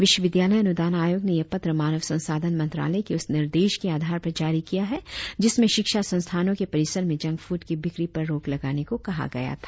विश्वविद्यालय अनुदान आयोग ने यह पत्र मानव संसाधन मंत्रालय के उस निर्देश के आधार पर जारी किया है जिसमें शिक्षा संस्थाओं के परिसर में जंक फूड की बिक्री पर रोक लगाने को कहा गया था